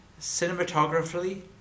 cinematographically